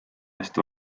eest